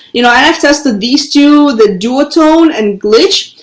you know, and i've tested these to the dual tone and glitch.